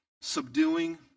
subduing